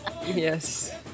yes